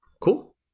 Cool